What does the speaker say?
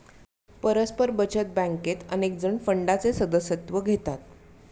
परस्पर बचत बँकेत अनेकजण फंडाचे सदस्यत्व घेतात